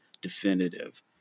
definitive